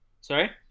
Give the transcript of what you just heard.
Sorry